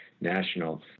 national